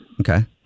Okay